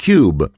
Cube